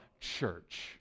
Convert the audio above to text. church